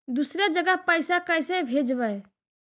दुसरे जगह पैसा कैसे भेजबै?